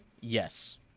Yes